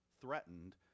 threatened